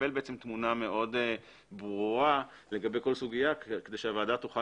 ושנקבל תמונה מאוד ברורה לגבי כל סוגיה כדי שהוועדה תוכל